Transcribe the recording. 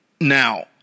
Now